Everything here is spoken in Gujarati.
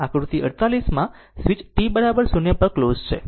આકૃતિ 48 માં સ્વીચ t 0 પર ક્લોઝ છે